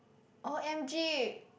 O_M_G